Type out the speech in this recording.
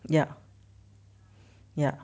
ya ya